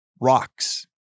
rocks